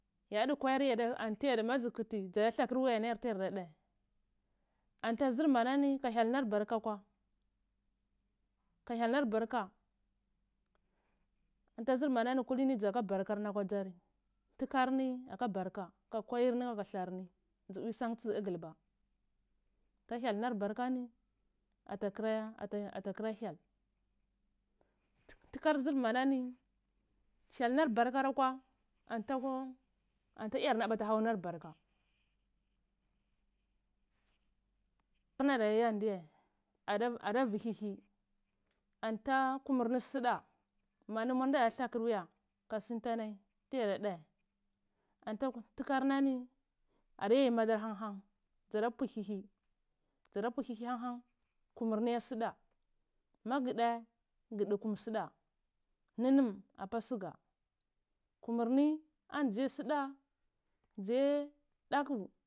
Yadkwai ari yada antiyar mazkti dza da thakr wuyama yada dae yara dae anta zr manani ka hyal nar barka kura ka hyal nar barka anta zr manani kulini dza kwae, bar karni ata dzari tkarni aka barka kwai mi aka tharni dzdl san tdzk dlka ta hyal nar barkani atakra hakra hyal tkar zr manani hyal nar barker akwa anta kwa anta iyarna mathaunar barka karna daya ndye adavi hihi anta kumur ni sda mandi mwar nda thakir wuya ka sntanai tiyada dae anta tkarnani adayai madar han han dza da pu hi hi dza pu hihi han han kumur niye sda mag dae gdkum sda ninum apa sugar kumur ni ani ziya sda daye daku.